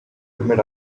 admit